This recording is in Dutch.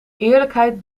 eerlijkheid